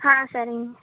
ஆ சரிங்க